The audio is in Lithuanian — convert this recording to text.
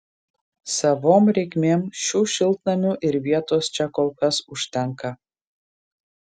savom reikmėm šių šiltnamių ir vietos čia kol kas užtenka